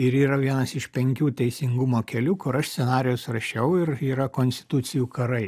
ir yra vienas iš penkių teisingumo kelių kur aš scenarijus rašiau ir yra konstitucijų karai